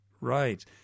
right